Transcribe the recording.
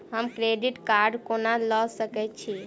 हम credit card कोना लऽ सकै छी?